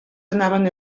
anaven